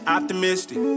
Optimistic